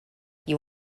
you